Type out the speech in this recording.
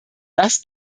das